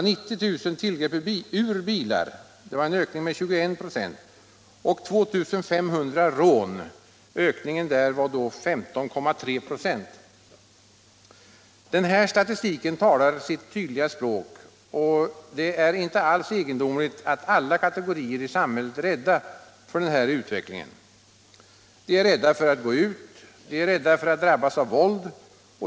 Antalet tillgrepp ur bilar var 90 000, en ökning med 21 926. Det förekom 2 500 rån, en ökning med 15,3 26. Den här statistiken talar sitt tydliga språk, och det är inte alls egendomligt att alla kategorier i samhället är rädda för utvecklingen. De är rädda för att gå ut. De är rädda för att drabbas av våld.